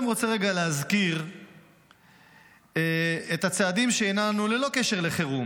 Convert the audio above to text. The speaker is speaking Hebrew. אני רוצה להזכיר את הצעדים שהנענו ללא קשר לחירום,